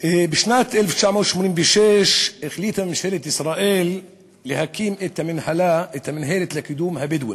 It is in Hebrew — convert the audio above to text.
בשנת 1986 החליטה ממשלת ישראל להקים את המינהלת לקידום הבדואים,